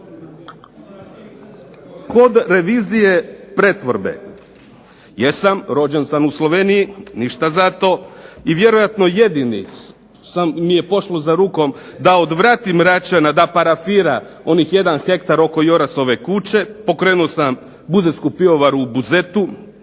ne razumije./… Jesam rođen sam u Sloveniji, ništa zato. I vjerojatno jedini sam, mi je pošlo za rukom da odvratim Račana da parafira onih 1 hektar oko Jorasove kuće, pokrenuo sam Buzetsku pivovaru u Buzetu,